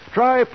Try